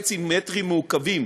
המטרים המעוקבים